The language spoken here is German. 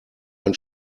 ein